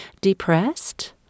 depressed